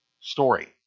story